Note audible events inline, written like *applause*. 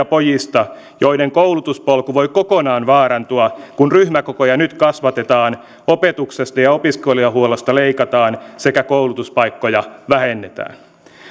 *unintelligible* pojista joiden koulutuspolku voi kokonaan vaarantua kun ryhmäkokoja nyt kasvatetaan opetuksesta ja opiskelijahuollosta leikataan sekä koulutuspaikkoja vähennetään